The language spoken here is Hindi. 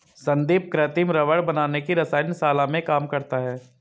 संदीप कृत्रिम रबड़ बनाने की रसायन शाला में काम करता है